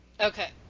okay